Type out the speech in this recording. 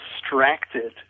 distracted